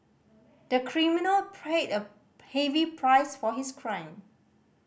the criminal paid a heavy price for his crime